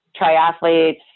triathletes